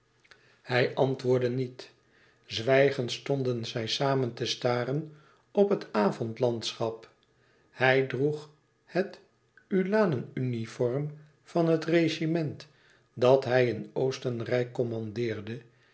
hij antwoordde niet zwijgend stonden zij samen te staren op het avondlandschap hij droeg de uhlanenuniform van het regiment dat hij in oostenrijk commandeerde